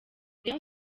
rayon